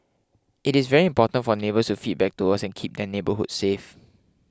it is very important for neighbours to feedback to us and keep their neighbourhoods safe